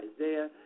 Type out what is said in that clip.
Isaiah